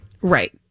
Right